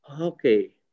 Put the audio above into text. okay